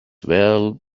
well